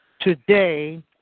today